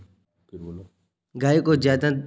गाय को ज्यादा दूध देने के लिए क्या खिलाना चाहिए?